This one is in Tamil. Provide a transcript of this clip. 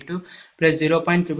000269820